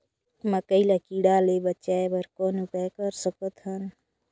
मकई ल कीड़ा ले बचाय बर कौन उपाय कर सकत हन?